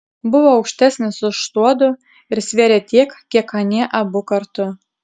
buvo aukštesnis už tuodu ir svėrė tiek kiek anie abu kartu